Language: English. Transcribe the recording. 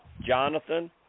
Jonathan